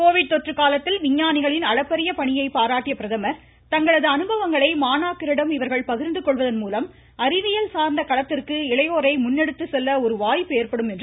Covid தொற்று காலத்தில் விஞ்ஞானிகளின் அளப்பறிய பணியை பிரதமர் தங்களது அனுபவங்களை மாணாக்கரிடம் பாராட்டிய இவர்கள் பகிர்ந்துகொள்வதன் அறிவியல் சார்ந்த மூலம் களததிற்கு இளையோரை முன்னெடுத்து செல்ல ஒரு வாய்ப்பு ஏற்படும் என்றார்